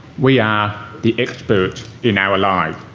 we are the experts in our lives.